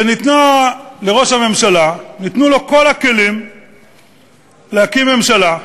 וניתנו לראש הממשלה כל הכלים להקים ממשלה,